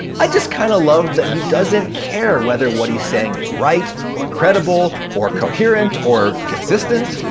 i just kinda love that he doesn't care whether what he's saying is right, or credible, or coherent, or consistent.